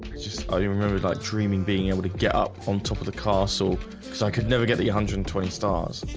just i remember like dreaming being able to get up on top of the castle because i could never get the one hundred and twenty stars